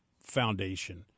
Foundation